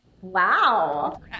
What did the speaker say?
Wow